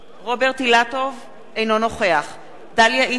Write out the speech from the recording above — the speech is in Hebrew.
אינו נוכח דליה איציק,